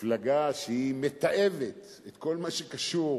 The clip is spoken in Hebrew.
מפלגה שמתעבת את כל מה שקשור